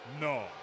no